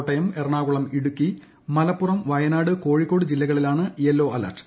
കോട്ടയം എറണാകുളം ഇടുക്കി മലപ്പുറം വയനാട് കോഴിക്കോട് ജില്ലകളിലാണ് yellow alert